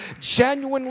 genuinely